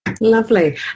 Lovely